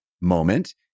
moment